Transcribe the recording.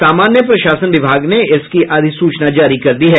सामान्य प्रशासन विभाग ने इसकी अधिसूचना जारी कर दी है